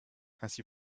ainsi